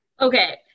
Okay